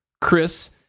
Chris